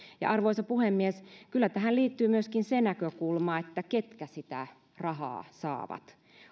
arvoisa puhemies kyllä tähän liittyy myöskin se näkökulma ketkä sitä rahaa saavat